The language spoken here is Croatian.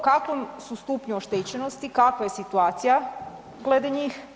U kakvom su stupnju oštećenosti, kakva je situacija glede njih?